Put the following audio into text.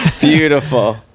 Beautiful